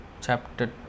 chapter